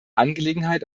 angelegenheit